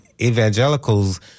evangelicals